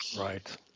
right